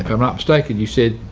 i'm not mistaken, you said,